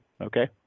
Okay